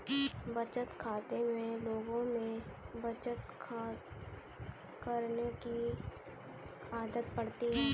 बचत खाते से लोगों में बचत करने की आदत बढ़ती है